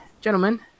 gentlemen